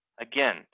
Again